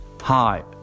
Hi